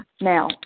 Now